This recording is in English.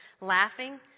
laughing